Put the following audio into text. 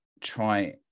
try